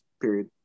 period